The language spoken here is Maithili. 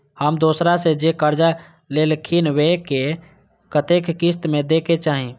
हम दोसरा से जे कर्जा लेलखिन वे के कतेक किस्त में दे के चाही?